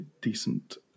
decent